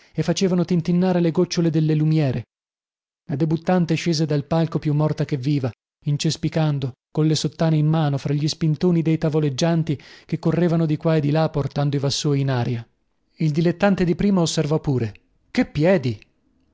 e facevano tintinnare le gocciole delle lumiere la debuttante scese dal palco più morta che viva incespicando colle sottane in mano fra gli spintoni dei tavoleggianti che correvano di qua e di là portando i vassoi in aria il dilettante di prima osservò pure che piedi